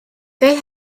they